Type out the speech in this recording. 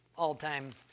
all-time